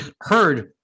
heard